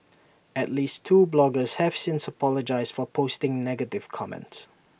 at least two bloggers have since apologised for posting negative comments